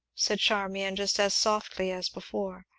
said charmian, just as softly as before,